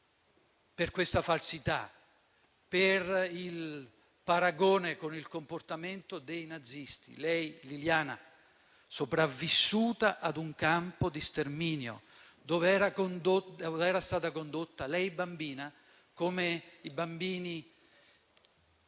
per questa falsità, per il paragone con il comportamento dei nazisti; lei, Liliana, sopravvissuta ad un campo di sterminio dove era stata condotta da bambina - come i bambini